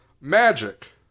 Magic